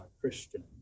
Christian